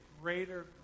greater